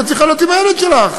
כי את צריכה להיות עם הילד שלך.